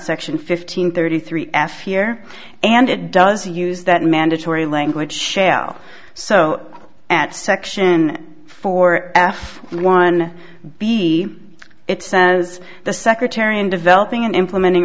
section fifteen thirty three f here and it does use that mandatory language shall so at section four af and one b it says the secretary in developing and implementing